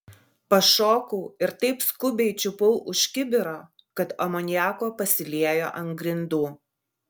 pašokau ir taip skubiai čiupau už kibiro kad amoniako pasiliejo ant grindų